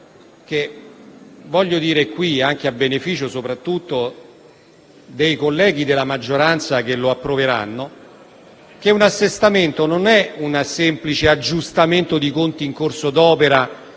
Voglio dire, a beneficio soprattutto dei colleghi della maggioranza, che lo approveranno, che un assestamento non è un semplice aggiustamento di conti in corso d'opera